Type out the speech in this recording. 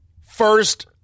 First